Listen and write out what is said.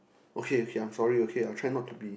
okay okay I'm sorry okay I'll try not to be